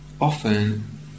often